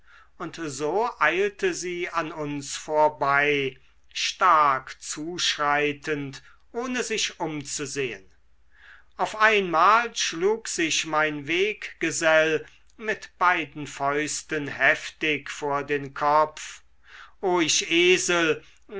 und so eilte sie an uns vorbei stark zuschreitend ohne sich umzusehen auf einmal schlug sich mein weggesell mit den beiden fäusten heftig vor den kopf o ich esel